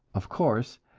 of course,